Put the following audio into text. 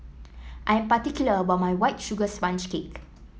I am particular about my White Sugar Sponge Cake